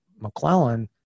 McClellan